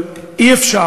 אבל אי-אפשר,